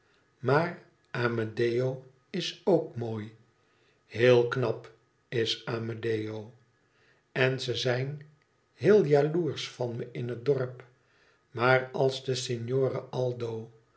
maar amedeo is ook mooi heel knap is amedeo en ze zijn heel jaloersch van me in het dorp maar als de signore aldo